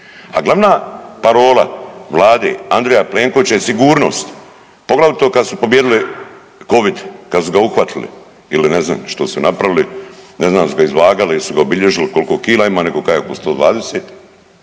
A glavna parola vlade Andreja Plenkovića je sigurnost, poglavito kad su pobijedili Covid, kad su ga uhvatili ili ne znam što su napravili, ne znam jesu li ga izvagali, jesu li ga obilježili, koliko kila ima, neko kaže oko 120,